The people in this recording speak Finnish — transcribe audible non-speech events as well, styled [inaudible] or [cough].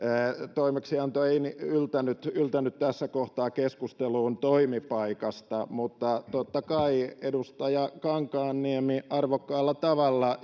toimeksianto ei yltänyt yltänyt tässä kohtaa keskusteluun toimipaikasta mutta totta kai edustaja kankaanniemi arvokkaalla tavalla [unintelligible]